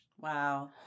Wow